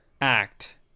act